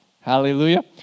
Hallelujah